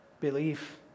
Belief